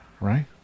Right